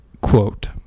Quote